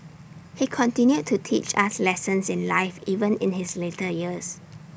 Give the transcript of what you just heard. he continued to teach us lessons in life even in his later years